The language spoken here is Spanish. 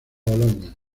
bologna